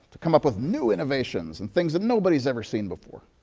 to come up with new innovations and things that nobody's ever seen before.